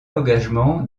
engagement